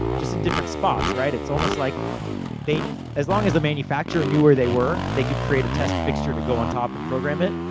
just in different spots, right? it's almost like they. as long as the manufacturer knew where they were, they could create a test fixture to go on top, and program it.